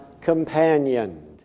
companioned